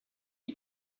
you